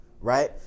Right